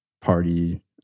party